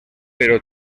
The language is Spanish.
pero